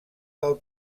del